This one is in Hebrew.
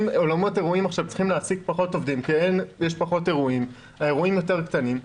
אם אולמות אירועים מעסיקים פחות עובדים כי אין אירועים יותר קטנים.